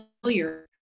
familiar